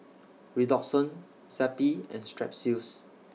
Redoxon Zappy and Strepsils